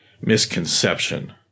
misconception